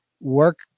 work